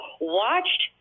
watched